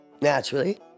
Naturally